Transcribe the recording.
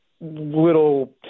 little